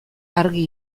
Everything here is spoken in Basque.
argi